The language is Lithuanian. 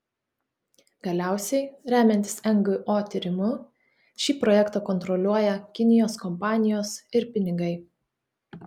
galiausiai remiantis ngo tyrimu šį projektą kontroliuoja kinijos kompanijos ir pinigai